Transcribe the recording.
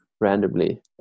randomly